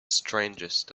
strangest